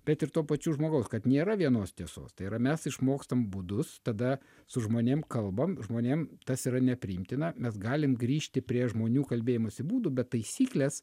bet ir tuo pačiu žmogaus kad nėra vienos tiesos tai yra mes išmokstam būdus tada su žmonėm kalbam žmonėm tas yra nepriimtina mes galim grįžti prie žmonių kalbėjimosi būdų bet taisykles